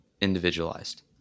individualized